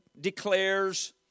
declares